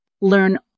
Learn